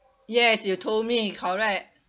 yes you told me correct